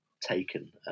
taken